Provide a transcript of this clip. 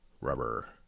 rubber